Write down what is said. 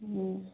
অঁ